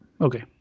Okay